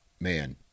man